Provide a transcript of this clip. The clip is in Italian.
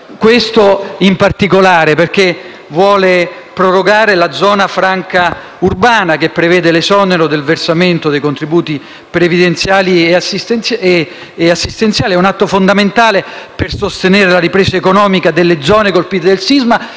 questo emendamento, che è teso a prorogare la zona franca urbana, che prevede l'esonero dal versamento dei contributi previdenziali e assistenziali. È un atto fondamentale per sostenere la ripresa economica delle zone colpite dal sisma.